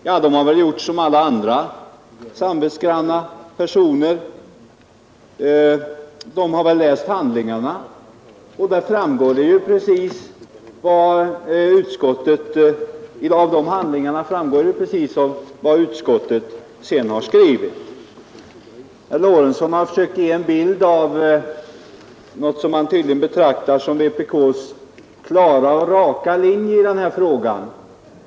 Ja, man har väl gjort som alla andra samvetsgranna personer, man har läst handlingarna — och av dem framgår precis vad utskottet sedan konstaterat. Herr Lorentzon har försökt ge en bild av något som han tydligen betraktar som vpk:s klara och raka linje i den här frågan.